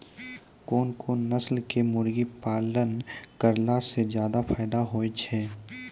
कोन कोन नस्ल के मुर्गी पालन करला से ज्यादा फायदा होय छै?